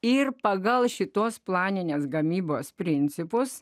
ir pagal šitos planinės gamybos principus